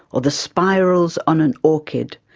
or the spirals on an orchid,